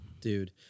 Dude